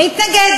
מי התנגד?